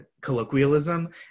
colloquialism